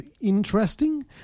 interesting